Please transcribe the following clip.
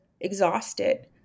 exhausted